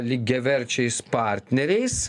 lygiaverčiais partneriais